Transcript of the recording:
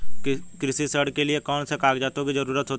कृषि ऋण के लिऐ कौन से कागजातों की जरूरत होती है?